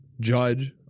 judge